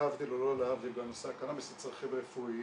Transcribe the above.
להבדיל או להבדיל מנושא הקנאביס לצרכים הרפואיים,